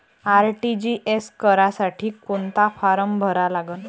RTGS करासाठी कोंता form भरा लागन?